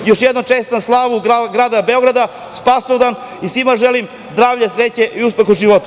Još jednom čestitam slavu grada Beograda, Spasovdan, i svima želim zdravlje, sreću i uspeh u životu.